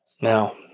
Now